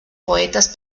poetas